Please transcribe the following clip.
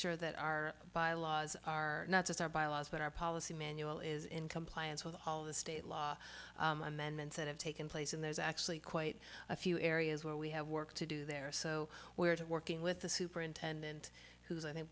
sure that our bylaws are not just our byelaws but our policy manual is in compliance with all of the state law amendments that have taken place and there's actually quite a few areas where we have work to do there so where to working with the superintendent who's i